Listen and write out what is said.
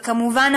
וכמובן,